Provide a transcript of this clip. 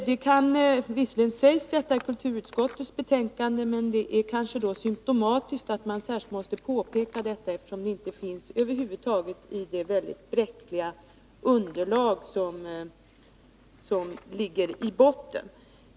De kulturpolitiska konsekvenserna berörs visserligen i betänkandet, men det är kanske symtomatiskt att utskottet särskilt måste påpeka detta, eftersom det inte finns med i det över huvud taget mycket bräckliga underlag som ligger till grund för propositionen.